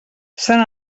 sant